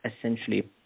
essentially